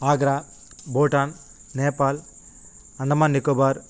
Agra Bhutan Nepal Andaman Nicobar